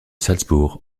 salzbourg